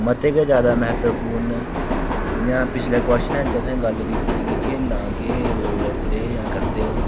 मते गै ज्यादा म्हत्तवपूर्ण जियां पिछले कुऐचनै च असें गल्ल कीती कि खेलां केह् रोल प्ले जन करदे ओह्